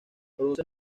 produce